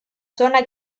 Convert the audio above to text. zona